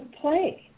play